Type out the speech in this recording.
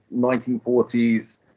1940s